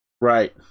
right